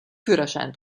führerschein